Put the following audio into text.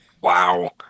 Wow